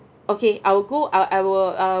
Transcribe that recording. okay I will go I I will uh